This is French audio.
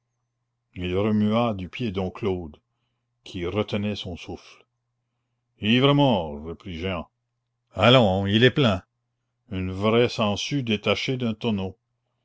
remua du pied dom claude qui retenait son souffle ivre-mort reprit jehan allons il est plein une vraie sangsue détachée d'un tonneau